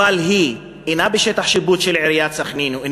אבל היא אינה בשטח השיפוט של עיריית סח'נין או אינה